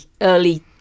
early